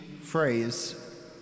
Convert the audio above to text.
phrase